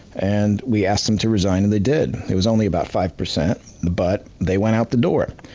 and we asked them to resign and they did. it was only about five percent, but they went out the door.